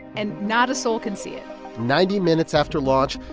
and not a soul can see it ninety minutes after launch,